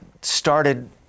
started